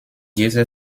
dieser